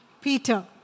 Peter